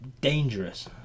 dangerous